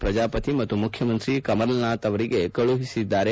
ಪ್ರಜಾಪತಿ ಮತ್ತು ಮುಖ್ಯಮಂತ್ರಿ ಕಮಲನಾಥ್ ಅವರಿಗೆ ಕಳುಹಿಸಿದ್ದಾರೆ